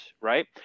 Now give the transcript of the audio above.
right